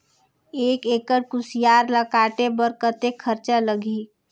एक एकड़ कुसियार ल काटे बर कतेक खरचा लगही?